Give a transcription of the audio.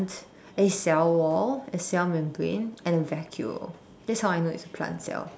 a cell wall a cell membrane and a vacuole this is how I know it's a plant cell